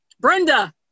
Brenda